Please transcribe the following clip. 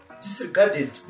disregarded